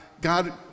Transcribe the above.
God